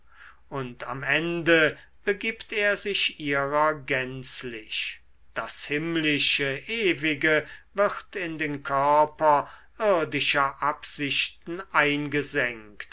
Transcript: und am ende begibt er sich ihrer gänzlich das himmlische ewige wird in den körper irdischer absichten eingesenkt